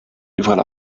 überall